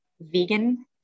Vegan